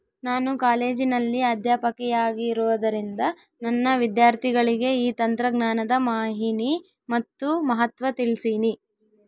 ನಾನು ಕಾಲೇಜಿನಲ್ಲಿ ಅಧ್ಯಾಪಕಿಯಾಗಿರುವುದರಿಂದ ನನ್ನ ವಿದ್ಯಾರ್ಥಿಗಳಿಗೆ ಈ ತಂತ್ರಜ್ಞಾನದ ಮಾಹಿನಿ ಮತ್ತು ಮಹತ್ವ ತಿಳ್ಸೀನಿ